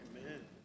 Amen